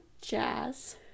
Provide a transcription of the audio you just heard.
Jazz